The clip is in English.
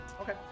Okay